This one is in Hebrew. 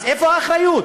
אז איפה האחריות?